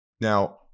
Now